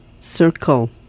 Circle